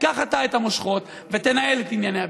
תיקח אתה את המושכות ותנהל את ענייני הביטחון.